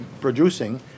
producing